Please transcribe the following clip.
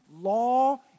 law